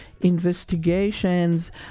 investigations